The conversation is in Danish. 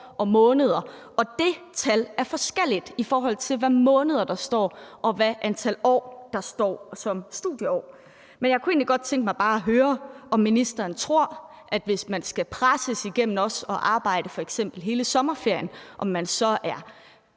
og -måneder, og det tal er forskelligt, i forhold til hvilket antal måneder og hvilket antal år der står som studieår. Men jeg kunne egentlig godt tænke mig bare at høre, om ministeren tror, at man, hvis man skal presses igennem ved f.eks. også at arbejde i hele sommerferien, så er